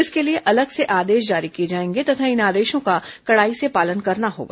इसके लिए अलग से आदेश जारी किए जाएंगे तथा इन आदेशों का कडाई से पालन करना होगा